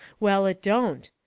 well, it don't.